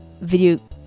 video-